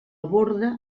borda